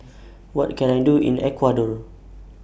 What Can I Do in Ecuador